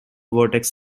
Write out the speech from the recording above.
vertex